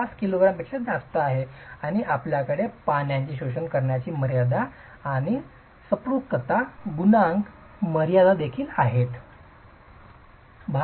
05 किलोग्रामपेक्षा जास्त आहे आणि आपल्याकडे पाण्याचे शोषण करण्याची मर्यादा आणि संपृक्तता गुणांक मर्यादा देखील आहेत